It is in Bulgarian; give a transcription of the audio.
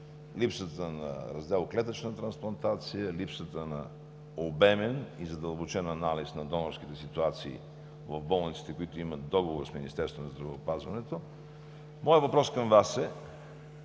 липсата на Раздел „Клетъчна трансплантация“, липсата на обемен и задълбочен анализ на донорските ситуации в болниците, които имат договор с Министерството на здравеопазването. Моят въпрос към Вас е: